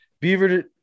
beaver